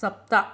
सप्त